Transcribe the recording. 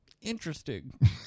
Interesting